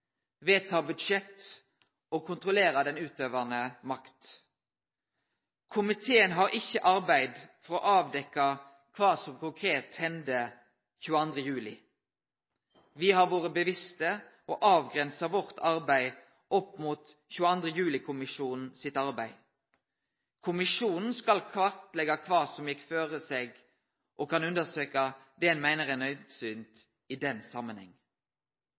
vedta budsjett og kontrollere den utøvande makta. Komiteen har ikkje arbeidd for å avdekkje kva som konkret hende den 22. juli. Me har vore bevisste på å avgrense vårt arbeid opp mot 22. juli-kommisjonen sitt arbeid. Kommisjonen skal kartleggje kva som gjekk føre seg, og kan undersøkje det ein meiner er naudsynt i den